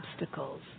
obstacles